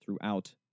throughout